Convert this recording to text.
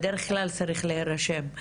בדרך כלל צריך להירשם.